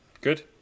good